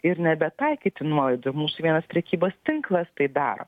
ir nebetaikyti nuolaidų ir mūsų vienas prekybos tinklas tai daro